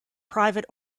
private